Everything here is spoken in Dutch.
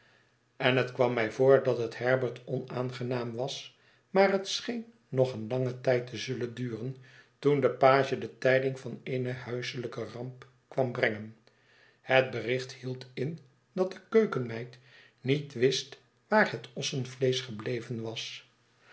en het kwam mij voor dat het herbert onaangenaam was maar het scheen nog een langen tijd te zullen duren toen'de page de tijding va n eene huiselijke ramp kwam brengen het bericht hield in dat de keukenmeid niet wist waar het ossevleesch gebleven was